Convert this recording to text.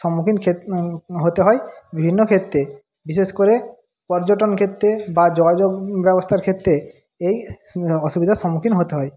সম্মুখীন হতে হয় বিভিন্ন ক্ষেত্রে বিশেষ করে পর্যটন ক্ষেত্রে বা যোগাযোগ ব্যবস্থার ক্ষেত্রে এই অসুবিধার সম্মুখীন হতে হয়